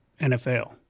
NFL